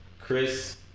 Chris